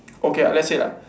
okay ah let's say lah